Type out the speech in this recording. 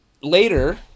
later